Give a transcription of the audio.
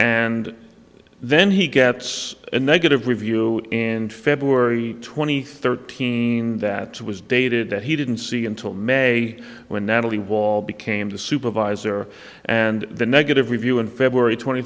and then he gets a negative review and february twenty third teen that was dated that he didn't see until may when natalie wall became the supervisor and the negative review in february twenty